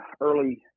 early